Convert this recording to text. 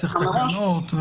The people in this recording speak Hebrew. צריך תקנות וכו'.